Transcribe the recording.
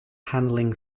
handling